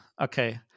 okay